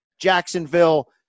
Jacksonville